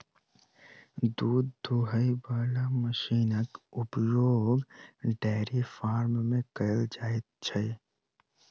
दूध दूहय बला मशीनक उपयोग डेयरी फार्म मे कयल जाइत छै